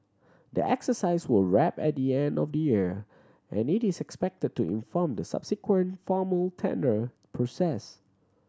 the exercise will wrap at the end of the year and it is expected to inform the subsequent formal tender process